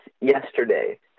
yesterday